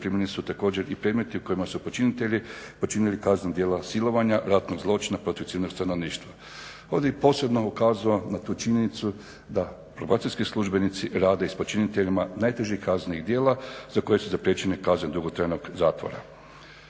zaprimljeni su također i predmeti u kojima su počinitelji počinili kazneno djelo silovanja, ratnog zločina protiv civilnog stanovništva. Ovdje bih posebno ukazao na tu činjenicu da probacijski službenici rade i s počiniteljima najtežih kaznenih djela za koje su zapriječene kazne dugotrajnog zatvora.